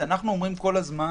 אנחנו אומרים כל הזמן